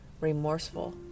remorseful